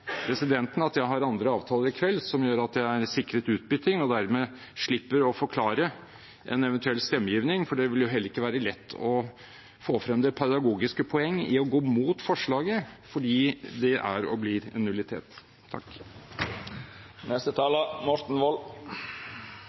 presidenten at jeg har andre avtaler i kveld som gjør at jeg er sikret utbytting og dermed slipper å forklare en eventuell stemmegivning, for det vil heller ikke være lett å få frem det pedagogiske poeng i å gå mot forslaget fordi det er og blir en nullitet.